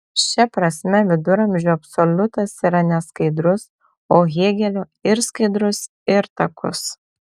šia prasme viduramžių absoliutas yra neskaidrus o hėgelio ir skaidrus ir takus